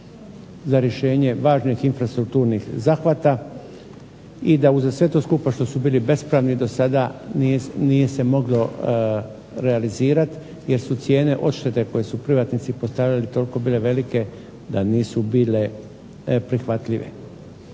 za rješenje važnih infrastrukturnih zahvata i da uz sve to skupa što su bili bespravni do sada nije se moglo realizirati jer su cijene odštete koje su privatnici postavljali toliko bile velike da nisu bile prihvatljive.